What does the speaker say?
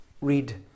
read